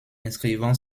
inscrivant